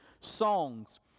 songs